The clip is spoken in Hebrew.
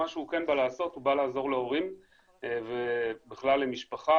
מה שכן הוא בא לעזור להורים ובכלל למשפחה,